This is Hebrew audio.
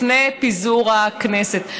לפני פיזור הכנסת.